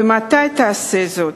ומתי תעשה זאת?